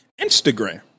Instagram